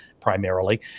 primarily